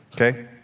Okay